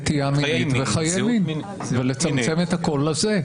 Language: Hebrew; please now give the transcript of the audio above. נטייה מינית וחיי מין, ולצמצם הכול לזה.